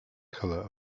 color